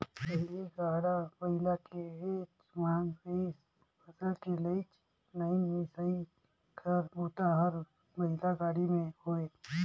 पहिली गाड़ा बइला के काहेच मांग रिहिस फसल के लेजइ, लनइ, मिसई कर बूता हर बइला गाड़ी में होये